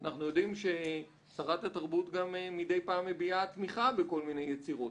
אנחנו יודעים ששרת התרבות מידי פעם מביעה תמיכה בכל מיני יצירות.